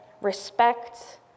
respect